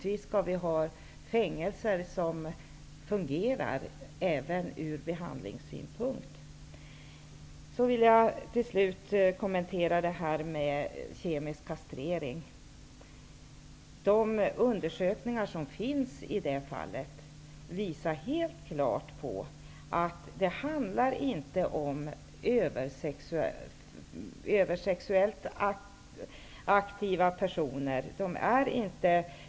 Vi skall ha fängelser som fungerar även ur behandlingssynpunkt. Jag vill till slut kommentera frågan om kemisk kastrering. De undersökningar som finns visar helt klart att det inte handlar om sexuellt överaktiva personer.